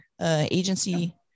agency